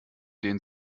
den